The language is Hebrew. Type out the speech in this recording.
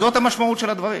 זאת המשמעות של הדברים.